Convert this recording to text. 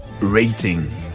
Rating